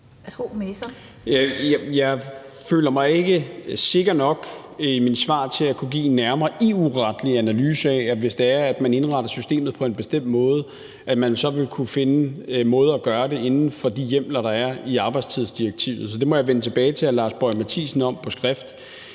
Jeg føler mig ikke er sikker nok i min viden til i mine svar til at kunne give en nærmere EU-retlig analyse af det, altså at man, hvis man indretter systemet på en bestemt måde, vil kunne finde en måde at gøre det på inden for de hjemler, der er i arbejdstidsdirektivet. Så det må jeg vende tilbage til hr. Lars Boje Mathiesen om på skrift.